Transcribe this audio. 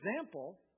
example